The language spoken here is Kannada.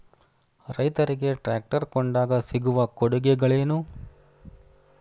ರೈತರಿಗೆ ಟ್ರಾಕ್ಟರ್ ಕೊಂಡಾಗ ಸಿಗುವ ಕೊಡುಗೆಗಳೇನು?